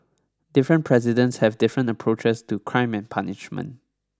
different presidents have different approaches to crime and punishment